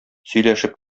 сөйләшеп